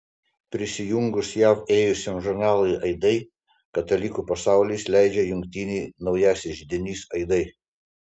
prisijungus jav ėjusiam žurnalui aidai katalikų pasaulis leidžia jungtinį naujasis židinys aidai